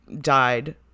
died